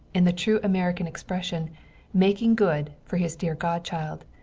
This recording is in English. in the true american expression making good for his deer godchild,